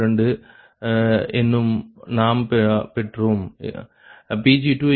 92 என்று நாம் பெற்றோம்